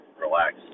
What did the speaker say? relax